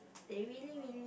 they really really